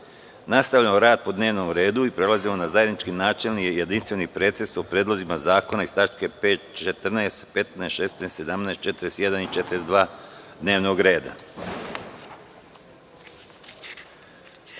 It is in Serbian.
uprave. Nastavljamo rad po dnevnom redu i prelazimo na zajednički načelni i jedinstveni pretres o predlozima zakona iz tačaka 5, 14, 15, 16, 17, 41. i 42. dnevnog